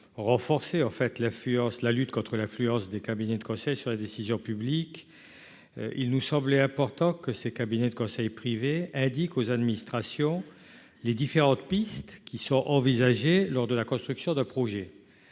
l'affluence, la lutte contre l'influence des cabinets de conseil sur la décision publique il nous semblait important que ces cabinets de conseil privés indique aux administrations les différentes pistes qui sont envisagées lors de la construction de projets